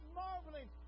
marveling